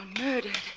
murdered